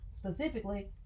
Specifically